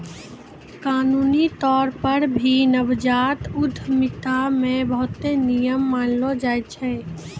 कानूनी तौर पर भी नवजात उद्यमिता मे बहुते नियम मानलो जाय छै